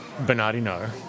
Bernardino